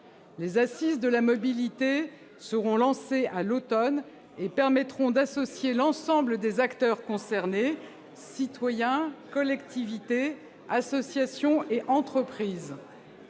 Les assises de la mobilité seront lancées à l'automne et permettront d'associer l'ensemble des acteurs concernés, citoyens, collectivités, associations et entreprises.